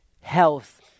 health